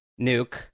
Nuke